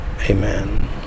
amen